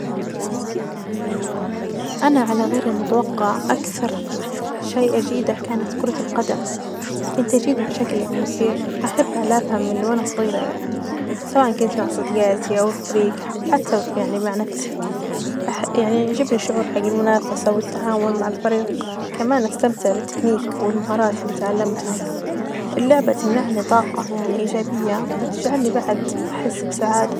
أنا علي غير المتوقع أكثر شئ أجيدة كانت كرة القدم، كنت أجيدها بشكل يعني كبير، كينت أحب ألعبها من وأنا صغيرة يعني سواءا كنت مع صديجاتي أو الفريج أو حتي يعني مع نفسي، يعجبني شعور المنافسة والتعاون مع الفريق، كمان أستمتع بالتكميك والمهارات اللي إتعلمتها اللعبة تمنحني طاقة يعني إيجابية وتجعلني بعد أحس بسعادة.